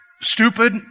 Stupid